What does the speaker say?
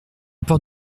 port